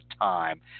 time